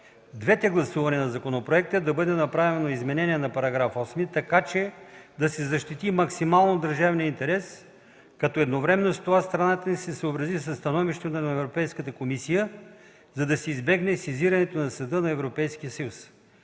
двете гласувания на законопроекта да бъде направено изменение в § 8, така че да се защити максимално държавният интерес, като едновременно с това страната ни се съобрази със становището на Европейската комисия, за да се избегне сезирането на Съда на Европейския съюз.